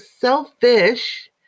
selfish